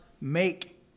make